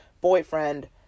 boyfriend